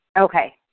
Okay